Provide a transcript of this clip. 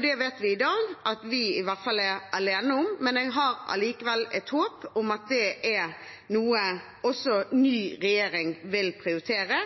Vi vet at vi er alene om det i dag, men jeg har likevel et håp om at det er noe som også den nye regjeringen vil prioritere.